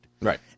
Right